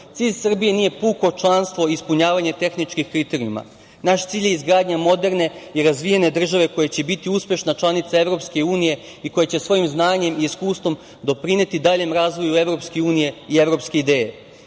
cilj Srbije nije puko članstvo i ispunjavanje tehničkih kriterijuma, naš cilj je izgradnja moderne i razvijene države koja će biti uspešna članica EU i koja će svojim znanjem i iskustvom doprineti daljem razvoju EU i evropske ideje. Upravo